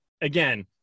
again